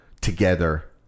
together